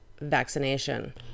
vaccination